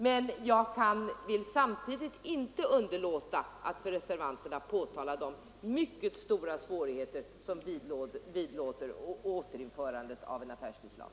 Men jag vill samtidigt inte underlåta att för reservanterna framhålla de mycket stora svårigheter som vidlåder återinförandet av en affärstidslag.